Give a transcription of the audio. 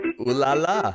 Ooh-la-la